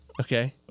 Okay